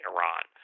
Iran